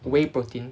whey protein